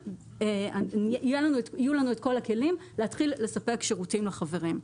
ויהיו לנו כל הכלים להתחיל לספק שירותים לחברים.